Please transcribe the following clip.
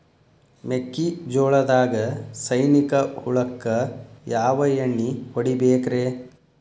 ಮೆಕ್ಕಿಜೋಳದಾಗ ಸೈನಿಕ ಹುಳಕ್ಕ ಯಾವ ಎಣ್ಣಿ ಹೊಡಿಬೇಕ್ರೇ?